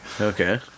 okay